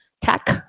Tech